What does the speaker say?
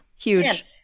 Huge